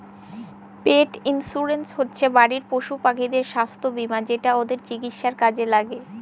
পেট insurance হচ্ছে বাড়ির পশুপাখিদের স্বাস্থ্য বীমা যেটা ওদের চিকিৎসার কাজে লাগে